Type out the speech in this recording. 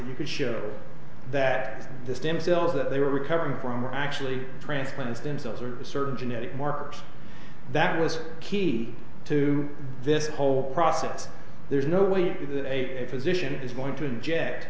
you could show that the stem cells that they were recovering from are actually transplants themselves or certain genetic markers that was key to this whole process there's no way a position is going to inject